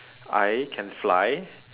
I can fly